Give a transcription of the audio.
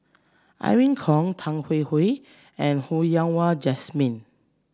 Irene Khong Tan Hwee Hwee and Ho Yen Wah Jesmine